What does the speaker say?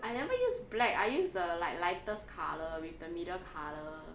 I never use black I use the like lightest colour with the middle colour